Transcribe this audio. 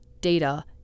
data